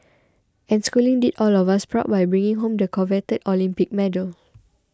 and schooling did all of us proud by bringing home the coveted Olympic medal